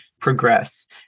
progress